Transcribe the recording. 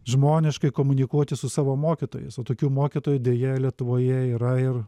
žmoniškai komunikuoti su savo mokytojais o tokių mokytojų deja lietuvoje yra ir